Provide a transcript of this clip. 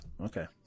Okay